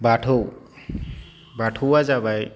बाथौ बाथौआ जाबाय